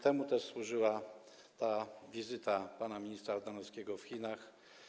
Temu też służyła ta wizyta pana ministra Ardanowskiego w Chinach.